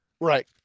Right